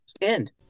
end